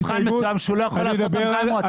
שהוא לא יכול לעשות אותן עצמאית.